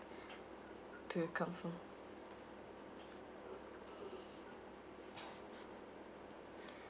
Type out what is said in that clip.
to confirm